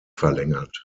verlängert